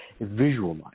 visualize